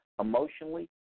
emotionally